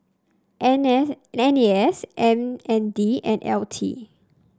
N S N A S M N D and L T